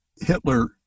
Hitler